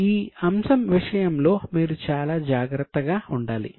ఈ అంశం విషయంలో మీరు చాలా జాగ్రత్తగా ఉండాలి